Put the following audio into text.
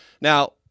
Now